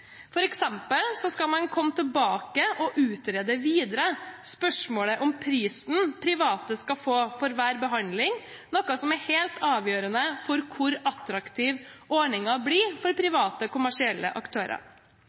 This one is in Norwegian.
fortsatt så store uavklarte spørsmål at det er vanskelig på flere områder å tolke konkret hvilke konsekvenser forslagene faktisk vil få. For eksempel skal man komme tilbake og utrede videre spørsmålet om prisen private skal få for hver behandling, noe som er